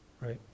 right